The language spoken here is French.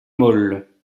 molle